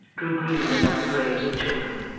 grew green above the graves of children!